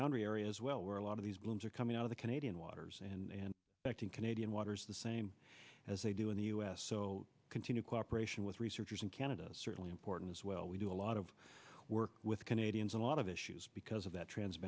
boundary area as well where a lot of these blooms are coming out of the canadian waters and acting canadian waters the same as they do in the u s so continue cooperation with researchers in canada certainly important as well we do a lot of work with canadians a lot of issues because of that trans